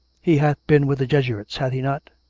he hath been with the jesuits, hath he not?